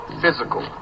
physical